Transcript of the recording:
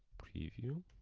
preview.